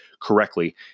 correctly